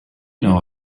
know